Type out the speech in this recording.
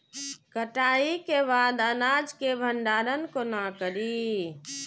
कटाई के बाद अनाज के भंडारण कोना करी?